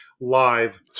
live